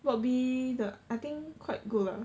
block B 的 I think quite good lah